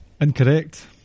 Incorrect